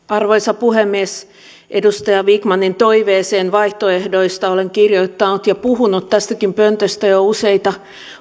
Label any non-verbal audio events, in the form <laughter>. <unintelligible> arvoisa puhemies edustaja vikmanin toiveeseen vaihtoehdoista olen kirjoittanut ja puhunut tästäkin pöntöstä jo useita